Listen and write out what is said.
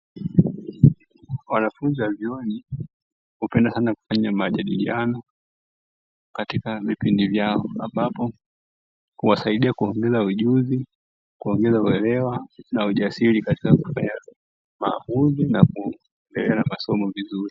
Wanafunzi wa vyuoni hupenda sana kufanya majadiliano katika vipindi vyao ambapo huwasaidia kuongeza ujuzi kuongeza uelewa na ujasiri katika kufanya maamuzi na kuendelea na masomo vizuri.